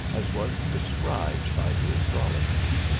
as was prescribed by the astrologers.